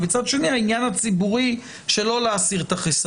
אדבק בשיטה שאני מתכוון לקדם בה את החוק